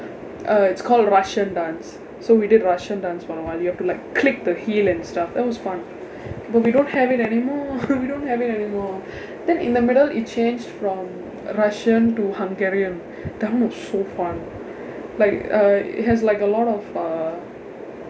uh it's called russian dance so we did russian dance for a while you have to like click the heel and stuff that was fun but we don't have it anymore we don't have it anymore then in the middle it changed from a russian to hungarian that was so fun like uh it has like a lot of uh